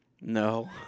No